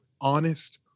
honest